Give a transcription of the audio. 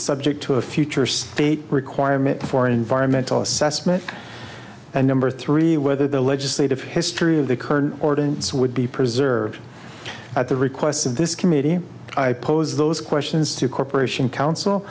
subject to a future state requirement for environmental assessment and number three whether the legislative history of the current ordinance would be preserved at the request of this committee i pose those questions to a corporation counsel